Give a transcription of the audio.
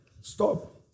Stop